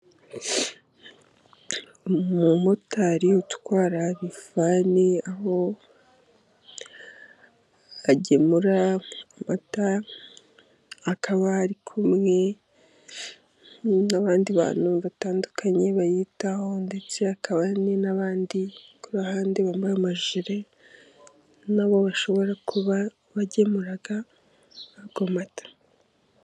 Umumotari utwara lifani aho agemura amata, akaba ari kumwe n'abandi bantu batandukanye bayitaho, ndetse hakaba hari n'abandi ku ruhande bambaye amajire na bo bashobora kuba bagemura ayo mata.